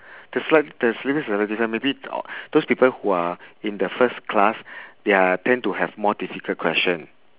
the slight~ there seems a little different maybe those people who are in the first class they are tend to have more difficult question